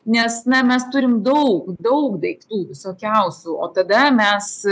nes na mes turim daug daug daiktų visokiausių o tada mes